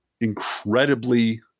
incredibly